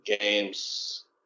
games